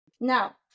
Now